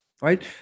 right